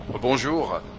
Bonjour